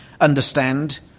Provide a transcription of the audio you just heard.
understand